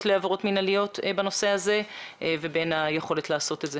לעבירות מינהליות בנושא הזה לבין היכולת לעשות את זה,